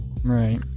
Right